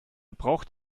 braucht